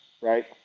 right